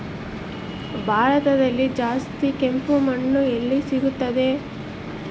ಭಾರತದಲ್ಲಿ ಜಾಸ್ತಿ ಕೆಂಪು ಮಣ್ಣು ಎಲ್ಲಿ ಸಿಗುತ್ತದೆ?